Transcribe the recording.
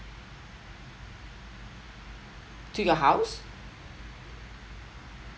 to your house